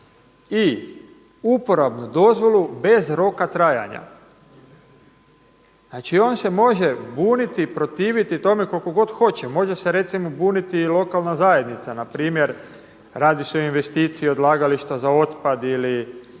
i uporabnu dozvolu bez roka trajanja. Znači, on se može buniti, protiviti tome koliko god hoće. Može se recimo buniti i lokalna zajednica. Npr. radi se o investiciji odlagališta za otpad ili